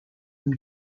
new